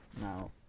Now